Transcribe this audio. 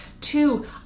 two